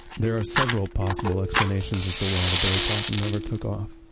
there are several possible explanations as to why the billy possum never took off.